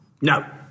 No